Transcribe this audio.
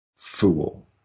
Fool